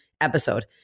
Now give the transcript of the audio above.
episode